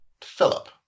Philip